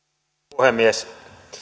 puhemies